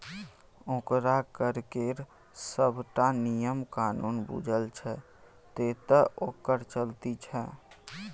ओकरा कर केर सभटा नियम कानून बूझल छै तैं तँ ओकर चलती छै